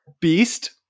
Beast